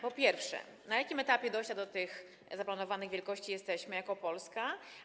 Po pierwsze, na jakim etapie dojścia do tych zaplanowanych wielkości jesteśmy jako Polska?